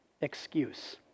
excuse